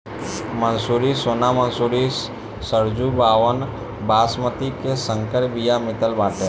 मंसूरी, सोना मंसूरी, सरजूबावन, बॉसमति के संकर बिया मितल बाटे